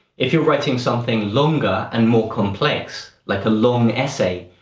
if you're writing something longer and more complex like a long essay,